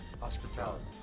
Hospitality